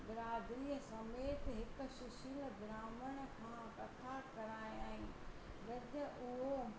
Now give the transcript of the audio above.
ब्रादरीअ समेत हिक सुशील ब्राहमण खां कथा करायाईं वैद्य उहो